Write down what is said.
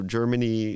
Germany